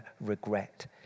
regret